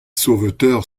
sauveteurs